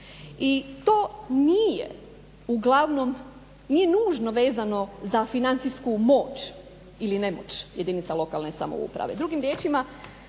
i to nije uglavnom, nije nužno vezano za financijsku moć ili ne može jedinica lokalne samouprave,